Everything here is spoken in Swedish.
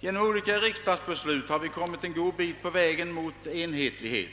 Genom olika riksdagsbeslut har vi kommit en god bit på vägen mot enhetlighet.